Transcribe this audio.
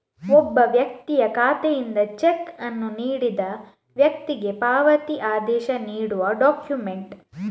ಒಬ್ಬ ವ್ಯಕ್ತಿಯ ಖಾತೆಯಿಂದ ಚೆಕ್ ಅನ್ನು ನೀಡಿದ ವ್ಯಕ್ತಿಗೆ ಪಾವತಿ ಆದೇಶ ನೀಡುವ ಡಾಕ್ಯುಮೆಂಟ್